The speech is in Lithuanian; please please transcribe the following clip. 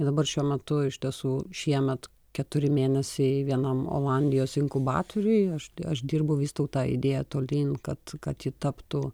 ir dabar šiuo metu iš tiesų šiemet keturi mėnesiai vienam olandijos inkubatoriui aš di aš dirbu vystau tą idėją tolyn kad kad ji taptų